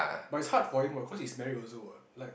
but it's hard for him what cause he's married also what like